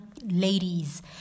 ladies